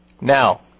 Now